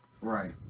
Right